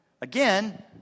Again